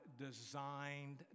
designed